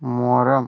മരം